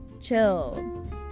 chill